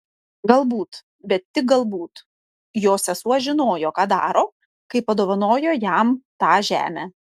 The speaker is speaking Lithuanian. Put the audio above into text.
galbūt bet tik galbūt jo sesuo žinojo ką daro kai padovanojo jam tą žemę